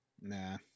Nah